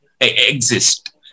exist